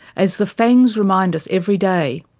as the fangs remind us every day,